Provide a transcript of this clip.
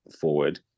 forward